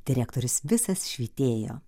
direktorius visas švytėjo